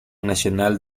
nacional